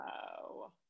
wow